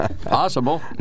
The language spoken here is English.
Possible